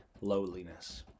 lowliness